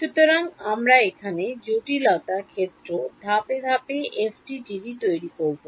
সুতরাং আমরা এখানে জটিলতা ক্ষেত্রে ধাপে ধাপে FDTD তৈরি করব